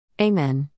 Amen